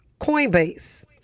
Coinbase